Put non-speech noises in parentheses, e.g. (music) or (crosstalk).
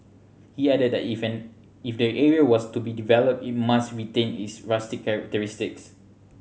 he added that if (unintelligible) if the area was to be developed it must retain its rustic characteristics